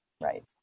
Right